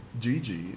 Gigi